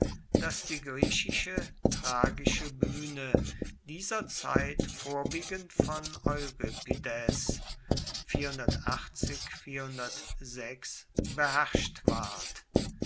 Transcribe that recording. dass die griechische tragische buehne dieser zeit vorwiegend von euripides beherrscht ward